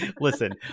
Listen